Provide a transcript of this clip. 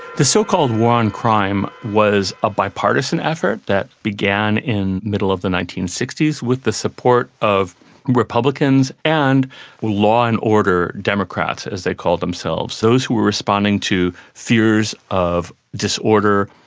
the so-called war on crime was a bipartisan effort that began in the middle of the nineteen sixty s with the support of republicans and law and order democrats, as they called themselves, those who were responding to fears of disorder,